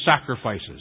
sacrifices